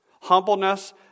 Humbleness